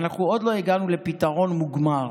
אנחנו עוד לא הגענו לפתרון מוגמר,